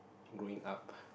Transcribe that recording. growing up